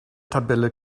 tabelle